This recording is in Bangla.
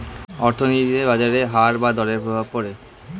অর্থনীতিতে বাজারের হার বা দরের প্রভাব পড়ে